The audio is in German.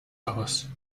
aus